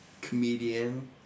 Comedian